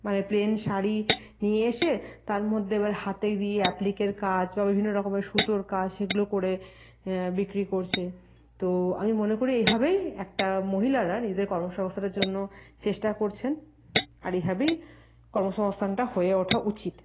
মানে প্লেন শাড়ি নিয়ে এসে তার মধ্যে এবার হাতে দিয়ে অ্যাপ্লিকের কাজ বা বিভিন্ন রকমের সুতোর কাজ সেগুলো করে বিক্রি করছে তো আমি মনে করি এভাবেই একটা মহিলারা নিজেদের কর্মসংস্থানের জন্য চেষ্টা করছেন আর এভাবেই কর্মসংস্থানটা হয়ে ওঠা উচিত